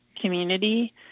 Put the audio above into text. community